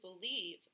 believe